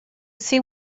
see